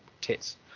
tits